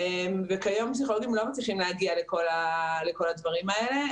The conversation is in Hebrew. כיום פסיכולוגים לא מצליחים להגיע לכל הדברים האלה.